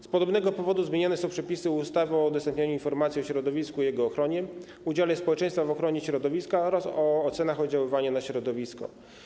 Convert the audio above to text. Z podobnego powodu zmieniane są przepisy ustawy o udostępnianiu informacji o środowisku i jego ochronie, udziale społeczeństwa w ochronie środowiska oraz o ocenach oddziaływania na środowisko.